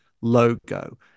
logo